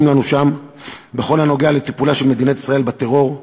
לנו שם בכל הקשור לטיפולה של מדינת ישראל בטרור,